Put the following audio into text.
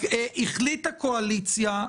החליטה קואליציה,